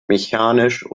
mechanisch